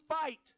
fight